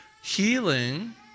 healing